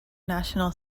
national